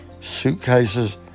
suitcases